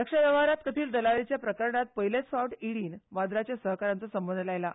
रक्षा वेव्हारांत कथीत दलालीचे प्रकरणांत पयलेच फावट इडी वाध्राच्या सहकाऱ्यांचो संबंद लायला